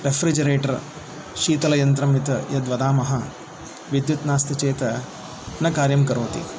refrigerator शीतलयन्त्रं यत् यद्वदामः विद्युत् नास्ति चेत् न कार्यं करोति